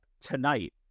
tonight